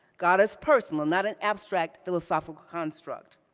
god is personal, not an abstract philosophical construct.